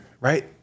right